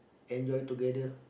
enjoy together